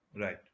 Right